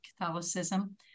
Catholicism